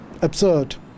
absurd